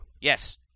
Yes